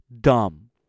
dumb